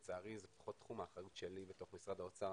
לצערי, זה פחות תחום האחריות שלי בתוך משרד האוצר.